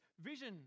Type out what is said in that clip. vision